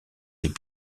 des